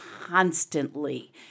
constantly